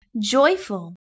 Joyful